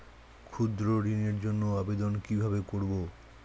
ক্ষুদ্র ঋণের জন্য আবেদন কিভাবে করব?